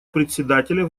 председателя